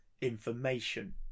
information